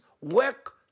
work